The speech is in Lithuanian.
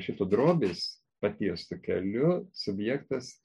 šitu drobės patiestu keliu subjektas